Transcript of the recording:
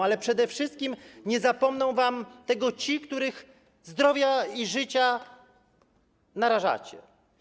Ale przede wszystkim nie zapomną wam tego ci, których zdrowie i życie narażacie.